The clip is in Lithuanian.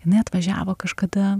jinai atvažiavo kažkada